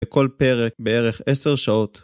‫בכל פרק בערך עשר שעות.